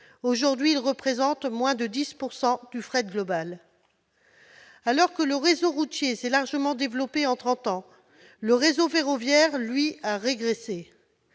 Aujourd'hui, il représente moins de 10 % du fret global. Alors que le réseau routier s'est largement développé en trente ans, le réseau ferroviaire, lui, a régressé.